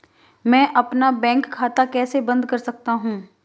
मैं अपना बैंक खाता कैसे बंद कर सकता हूँ?